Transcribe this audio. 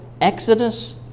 Exodus